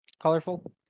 colorful